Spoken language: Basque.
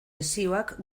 lezioak